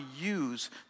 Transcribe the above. use